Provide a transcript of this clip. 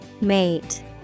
mate